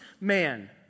man